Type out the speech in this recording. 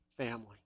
family